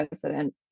President